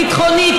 ביטחונית,